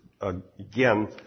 again